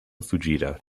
fujita